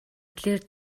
хэлээр